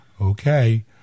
Okay